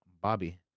Bobby